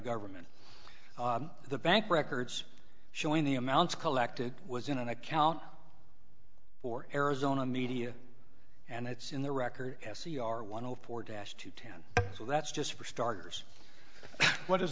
government the bank records showing the amounts collected was in an account for arizona media and it's in the record s e r one zero four dash to ten so that's just for starters what